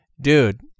dude